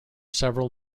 several